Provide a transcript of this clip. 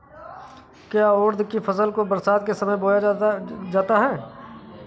क्या उड़द की फसल को बरसात के समय बोया जाता है?